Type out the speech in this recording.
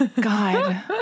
God